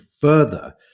further